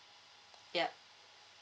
yup